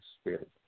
spirit